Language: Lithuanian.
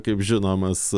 kaip žinomas